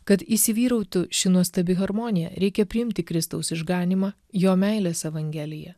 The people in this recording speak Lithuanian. kad įsivyrautų ši nuostabi harmonija reikia priimti kristaus išganymą jo meilės evangeliją